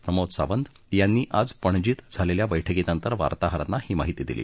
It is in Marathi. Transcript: प्रमोद सावंत यांनी आज पणजीत झालेल्या बैठकीनंतर वार्ताहरांना ही माहिती दिली